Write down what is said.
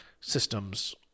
systems